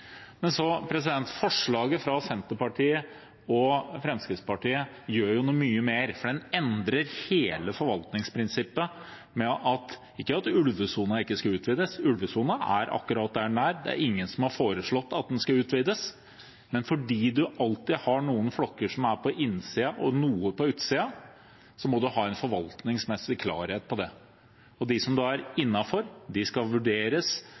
Forslaget fra Senterpartiet og Fremskrittspartiet gjør noe mye mer. Det endrer hele forvaltningsprinsippet, ikke ved at ulvesonen skal utvides – den er akkurat der den er, det er ingen som har foreslått at den skal utvides – men fordi det alltid er noen flokker som er både på innsiden og noe på utsiden. Da må man ha en forvaltningsmessig klarhet i det. De som er innenfor, skal vurderes etter det som er inne i